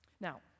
Now